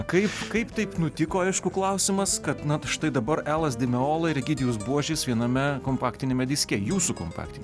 kaip kaip taip nutiko aišku klausimas kad na štai dabar elas dimeola ir egidijus buožis viename kompaktiniame diske jūsų kompaktiniame